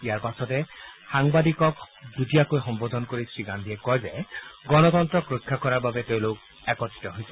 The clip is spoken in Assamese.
ইয়াৰ পাছতে সাংবাদিকসকলক যুটীয়াকৈ সম্বোধন কৰি শ্ৰীগাদ্ধীয়ে কয় যে গণতন্ত্ৰক ৰক্ষা কৰাৰ বাবে তেওঁলোকে একত্ৰিত হৈছে